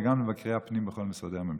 וגם למבקרי הפנים בכל משרדי הממשלה.